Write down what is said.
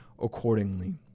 accordingly